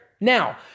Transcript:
Now